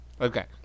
Okay